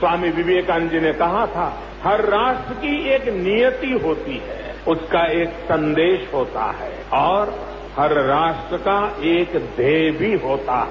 स्वामी विवेकानंद जी ने कहा था हर राष्ट्र की एक नियती होती है उसका एक संदेश होता है और हर राष्ट्र का एक ध्येय भी होता है